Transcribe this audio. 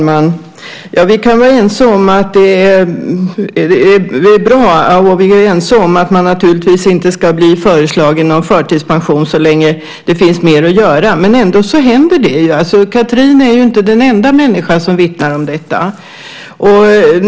Herr talman! Det är bra, och vi är ense om att man naturligtvis inte ska bli föreslagen förtidspension så länge det finns mer att göra. Men ändå händer det. Cathrin är ju inte den enda människa som vittnar om detta.